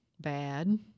bad